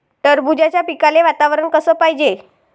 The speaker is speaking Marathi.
टरबूजाच्या पिकाले वातावरन कस पायजे?